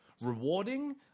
rewarding